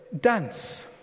dance